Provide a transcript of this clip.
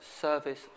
Service